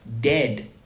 dead